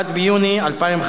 1 ביוני 2011,